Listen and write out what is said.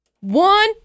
One